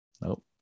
Nope